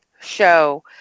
show